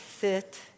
sit